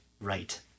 right